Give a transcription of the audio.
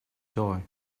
toy